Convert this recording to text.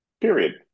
period